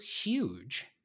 huge